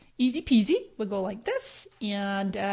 easy peasy. we'll go like this and